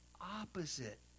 opposite